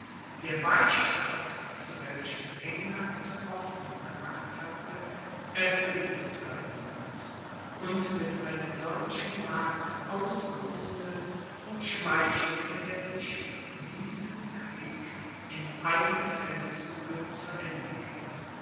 der beistand zu welchem england hoffnung gemacht hatte erhöhte seinen muth und mit einer solchen macht ausgerüstet schmeichelte er sich diesen krieg in einem feldzuge zu endigen